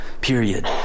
period